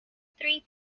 three